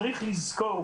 צריך לזכור